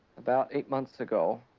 about eight months ago,